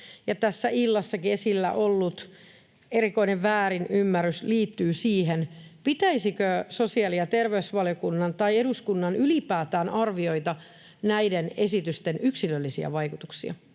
tässä illassakin esillä ollut erikoinen väärinymmärrys liittyy siihen, pitäisikö sosiaali- ja terveysvaliokunnan tai eduskunnan ylipäätään arvioida näiden esitysten yksilöllisiä vaikutuksia.